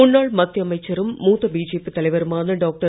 முன்னாள் மத்திய அமைச்சரும் மூத்த பிஜேபி தலைவருமான டாக்டர்